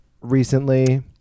recently